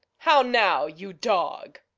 how now, you dog?